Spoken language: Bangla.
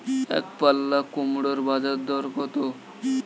একপাল্লা কুমড়োর বাজার দর কত?